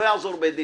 לא יעזור בית דין.